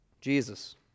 Jesus